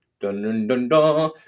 dun-dun-dun-dun